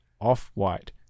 Off-White